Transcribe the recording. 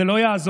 זה לא יעזור.